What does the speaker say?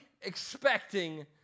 expecting